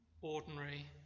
ordinary